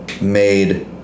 made